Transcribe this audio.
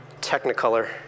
technicolor